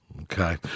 Okay